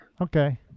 Okay